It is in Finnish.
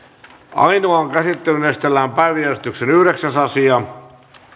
ainoaan käsittelyyn esitellään päiväjärjestyksen yhdeksäs asia